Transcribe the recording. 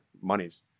monies